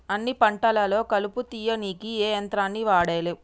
అన్ని పంటలలో కలుపు తీయనీకి ఏ యంత్రాన్ని వాడాలే?